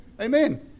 Amen